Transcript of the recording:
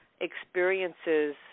experiences